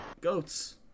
Goats